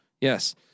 yes